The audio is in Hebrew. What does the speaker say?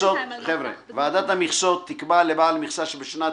" (ג)ועדת המכסות תקבע לבעל מכסה שבשנת